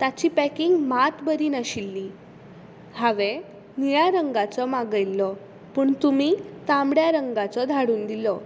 ताची पॅकींग मात बरी नाशिल्ली हांवें निळ्या रंगाचो मागयिल्लो पूण तुमी तांबड्या रंगाचो धाडून दिलो